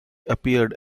appeared